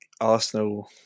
Arsenal